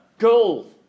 goal